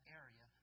area